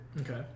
Okay